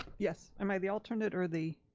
yes, am i the alternate or the.